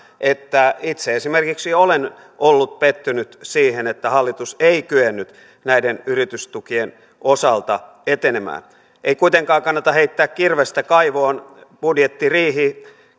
että esimerkiksi itse olen ollut pettynyt siihen että hallitus ei kyennyt näiden yritystukien osalta etenemään ei kuitenkaan kannata heittää kirvestä kaivoon budjettiriihi